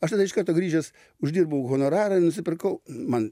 aš tada iš karto grįžęs uždirbau honorarą ir nusipirkau man